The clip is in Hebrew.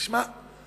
תשמע,